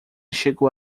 chegou